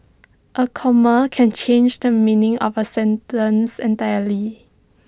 A comma can change the meaning of A sentence entirely